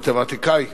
כמתמטיקאי